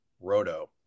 Roto